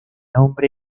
nombre